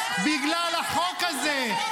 בגלל החוק הזה,